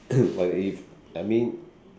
but if I mean